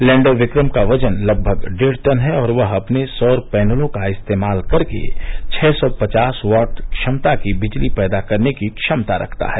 lander Vikram का वज़न लगभग डेढ़ टन है और वह अपने सौर पैनलों का इस्तेमाल करके छः सौ पचास वॉट क्षमता की बिजली पैदा करने की क्षमता रखता है